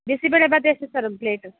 ಬಿಸಿಬೇಳೆ ಭಾತ್ ಎಷ್ಟು ಸರ್ ಒಂದು ಪ್ಲೇಟು